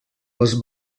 les